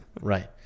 Right